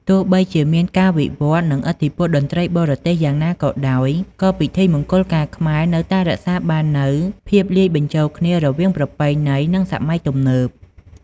ទោះបីជាមានការវិវត្តន៍ និងឥទ្ធិពលតន្ត្រីបរទេសយ៉ាងណាក៏ដោយ ក៏ពិធីមង្គលការខ្មែរនៅតែរក្សាបាននូវភាពលាយបញ្ចូលគ្នារវាងប្រពៃណី និងសម័យទំនើប។